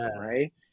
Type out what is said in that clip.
Right